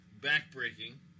back-breaking